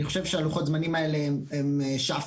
אני חושב שלוחות הזמנים האלה הם שאפתנים,